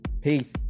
Peace